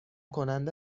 کننده